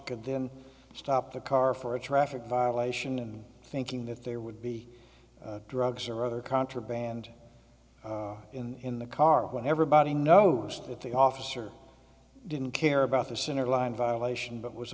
could then stop the car for a traffic violation in thinking that there would be drugs or other contraband in the car when everybody knows if the officer didn't care about the center line violation but was